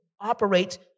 operate